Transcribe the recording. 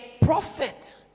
prophet